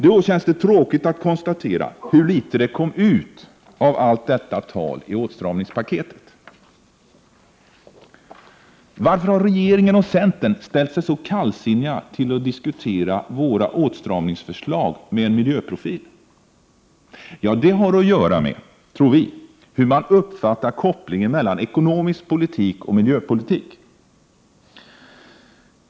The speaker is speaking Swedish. Då känns det tråkigt att konstatera hur litet det kom ut av allt detta tal i det här åtstramningspaketet. Varför har regeringen och centern ställt sig så kallsinniga till att diskutera våra åtstramningsförslag med miljöprofil? Det har att göra med, tror vi, hur man uppfattar kopplingen mellan ekonomisk politik och miljöpolitik.